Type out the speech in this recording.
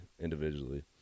individually